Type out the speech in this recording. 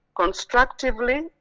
constructively